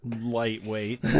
Lightweight